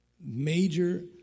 major